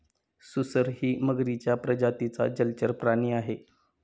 सुसरही मगरीच्या प्रजातीचा जलचर प्राणी आहे